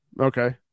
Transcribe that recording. okay